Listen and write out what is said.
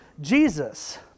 Jesus